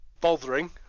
bothering